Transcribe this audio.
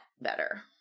better